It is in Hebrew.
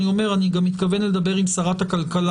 אני אומר שאני גם מתכוון לדבר עם שרת הכלכלה